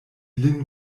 lin